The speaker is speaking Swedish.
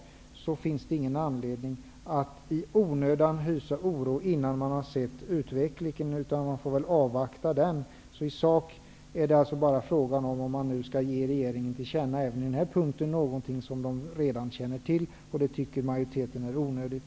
Därför finns det ingen anledning att i onödan hysa oro, utan man får avvakta utvecklingen. I sak är det alltså bara fråga om huruvida man även på den här punkten skall ge regeringen till känna någonting som den redan känner till, och det tycker majoriteten är onödigt.